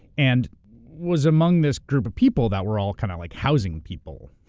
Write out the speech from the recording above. and was among this group of people that were all kind of like housing people.